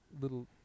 little